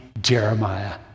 Jeremiah